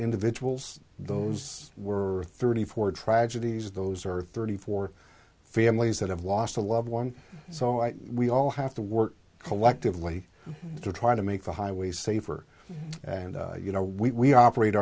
individuals those were thirty four tragedies those are thirty four families that have lost a loved one so i we all have to work collectively to try to make the highways safer and you know we operate